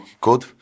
good